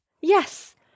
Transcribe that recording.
Yes